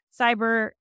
Cyber